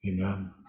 Amen